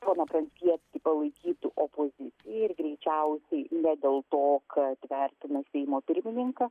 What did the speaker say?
poną pranckietį palaikytų opozicija ir greičiausiai ne dėl to kad vertina seimo pirmininką